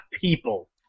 people